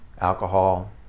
alcohol